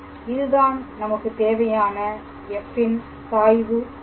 இதுதான் நமக்கு தேவையான f ன் சாய்வு ஆகும்